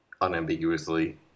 unambiguously